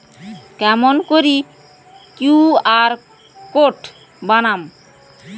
কেমন করি QR code বানাম?